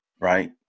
right